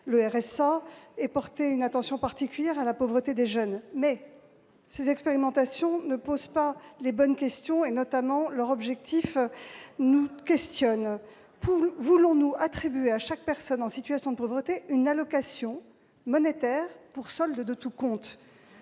le RSA -et de porter une attention particulière à la pauvreté des jeunes. Cependant, ces expérimentations ne posent pas les bonnes questions. Leur objectif notamment nous interroge : voulons-nous attribuer à chaque personne en situation de pauvreté une allocation monétaire pour solde de tout compte ?